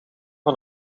van